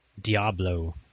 Diablo